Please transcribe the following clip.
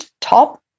top